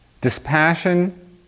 Dispassion